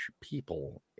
people